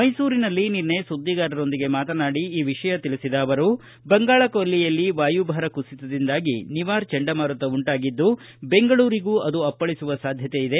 ಮೈಸೂರಿನಲ್ಲಿ ನಿನ್ನೆ ಸುದ್ದಿಗಾರರೊಂದಿಗೆ ಮಾತನಾಡಿ ಈ ವಿಷಯ ತಿಳಿಸಿದ ಅವರು ಬಂಗಾಳ ಕೊಲ್ಲಿಯಲ್ಲಿ ವಾಯುಭಾರ ಕುಸಿತದಿಂದಾಗಿ ನಿವಾರ್ ಚಂಡಮಾರುತ ಉಂಟಾಗಿದ್ದು ಬೆಂಗಳೂರಿಗೂ ಅದು ಅಪ್ಪಳಿಸುವ ಸಾಧ್ಯತೆ ಇದೆ